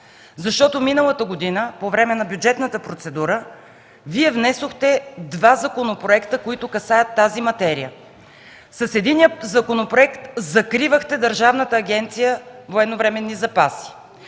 Защото миналата година, по време на бюджетната процедура, Вие внесохте два законопроекта, които касаят тази материя. С единия законопроект закривахте Държавната агенция „Военновременни запаси”